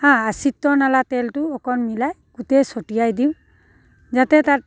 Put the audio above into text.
হা চিত্ৰনলা তেলটো অকণ মিলাই গোটেই ছটিয়াই দিওঁ যাতে তাত